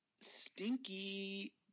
stinky